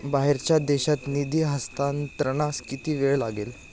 बाहेरच्या देशात निधी हस्तांतरणास किती वेळ लागेल?